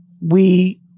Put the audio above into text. we-